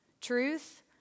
truth